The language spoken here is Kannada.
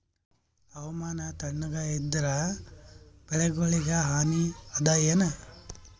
ಹವಾಮಾನ ತಣುಗ ಇದರ ಬೆಳೆಗೊಳಿಗ ಹಾನಿ ಅದಾಯೇನ?